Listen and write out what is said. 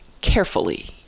carefully